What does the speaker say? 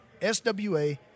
SWA